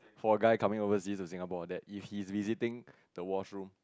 for a guy coming overseas to Singapore that if he's visiting the washroom